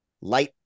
light